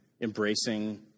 embracing